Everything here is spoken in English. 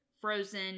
frozen